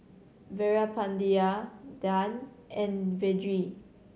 Veerapandiya Dhyan and Vedre